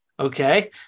Okay